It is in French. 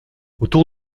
autour